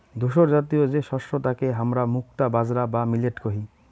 ধূসরজাতীয় যে শস্য তাকে হামরা মুক্তা বাজরা বা মিলেট কহি